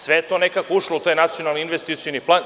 Sve je to nekada ušlo u taj Nacionalni investicioni plan.